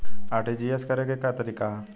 RTGS करे के तरीका का हैं?